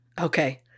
Okay